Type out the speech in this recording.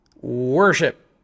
worship